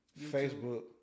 Facebook